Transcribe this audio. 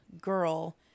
girl